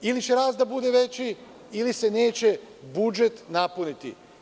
Ili će rast da bude veći ili se neće budžet napuniti.